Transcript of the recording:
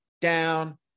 down